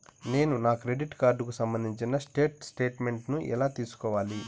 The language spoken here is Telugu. నేను నా క్రెడిట్ కార్డుకు సంబంధించిన స్టేట్ స్టేట్మెంట్ నేను ఎలా తీసుకోవాలి?